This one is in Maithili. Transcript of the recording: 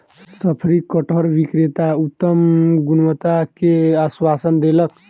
शफरी कटहर विक्रेता उत्तम गुणवत्ता के आश्वासन देलक